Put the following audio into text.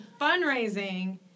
fundraising